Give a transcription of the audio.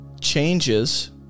changes